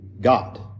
God